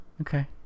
Okay